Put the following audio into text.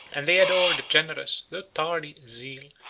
and they adore the generous, though tardy, zeal,